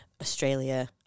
Australia